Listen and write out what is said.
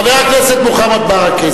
חבר הכנסת מוחמד ברכה,